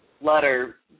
letter